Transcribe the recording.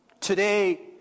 Today